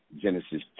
Genesis